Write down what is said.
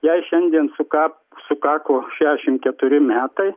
jai šiandien suka sukako šesšim keturi metai